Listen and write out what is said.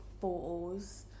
photos